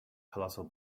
colossal